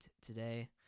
today